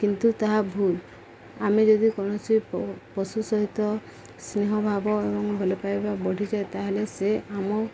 କିନ୍ତୁ ତାହା ଭୁଲ ଆମେ ଯଦି କୌଣସି ପଶୁ ସହିତ ସ୍ନେହ ଭାବ ଏବଂ ଭଲ ପାଇବା ବଢ଼ିଯାଏ ତାହେଲେ ସେ ଆମ